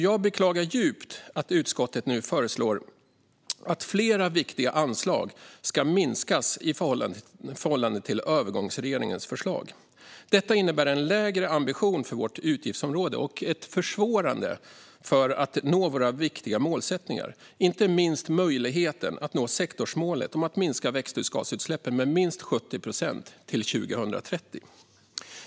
Jag beklagar djupt att utskottet nu föreslår att flera viktiga anslag ska minskas i förhållande till övergångsregeringens förslag. Detta innebär en lägre ambitionsnivå för vårt utgiftsområde och att det blir svårare att nå våra viktiga målsättningar. Det gäller inte minst möjligheten att nå sektorsmålet om att minska växthusgasutsläppen med minst 70 procent till 2030.